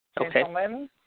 Okay